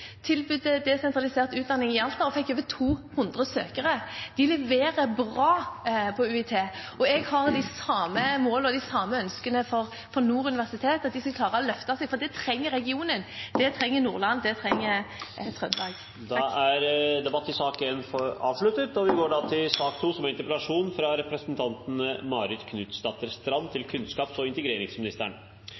desentralisert utdanning i Alta og fikk over 200 søkere. De leverer bra ved UiT, og jeg har de samme målene og de samme ønskene for Nord universitet, at de skal klare å løfte seg, for det trenger regionen, det trenger Nordland, og det trenger Trøndelag. Da er debatten i sak nr. 1 avsluttet. Det viktigste å spørre oss selv om i dag er hva vi vil at studieforbund skal være. Regjeringen vurderer å endre ordningen, og